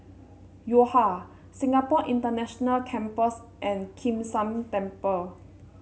Yo Ha Singapore International Campus and Kim San Temple